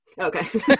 okay